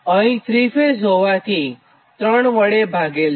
અહીં ૩ ફેઝ હોવાથી ૩વડે ભાગેલ છે